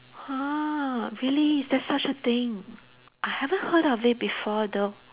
!huh! really there's such a thing I haven't heard of it before though